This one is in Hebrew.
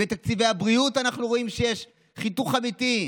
בתקציבי הבריאות אנחנו רואים שיש חיתוך אמיתי.